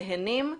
נהנים,